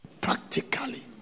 Practically